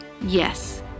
yes